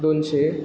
दोनशे